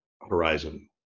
horizon